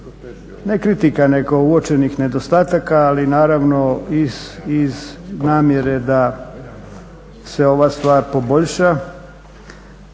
ne kritika, nego uočenih nedostataka, ali naravno iz namjere da se ova stvar poboljša